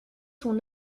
son